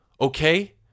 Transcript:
okay